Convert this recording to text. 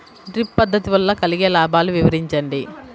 Drip పద్దతి వల్ల కలిగే లాభాలు వివరించండి?